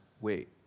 wait